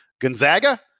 Gonzaga